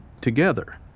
together